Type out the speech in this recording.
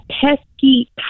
pesky